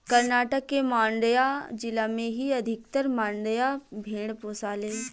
कर्नाटक के मांड्या जिला में ही अधिकतर मंड्या भेड़ पोसाले